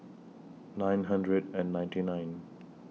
nine hundred and ninety nine